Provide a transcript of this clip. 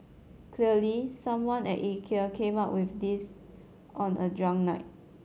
clearly someone at Ikea came up with this on a drunk night